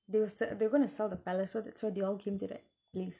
they were sell they were going to sell the palace so they so they all came to that place